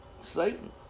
Satan